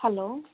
hello